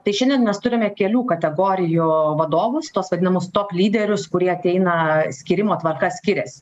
tai šiandien mes turime kelių kategorijų vadovus tuos vadinamus top lyderius kurie ateina skyrimo tvarka skiriasi